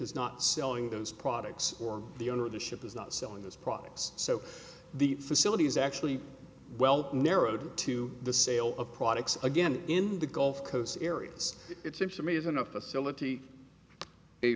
is not selling those products or the owner of the ship is not selling those products so the facility is actually well narrowed to the sale of products again in the gulf coast areas it seems to me isn't a facility